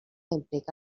implica